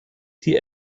die